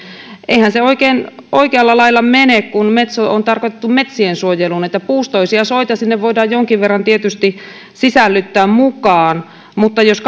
eihän se oikein oikealla lailla mene kun metso on tarkoitettu metsiensuojeluun eli puustoisia soita sinne voidaan jonkin verran tietysti sisällyttää mukaan mutta jos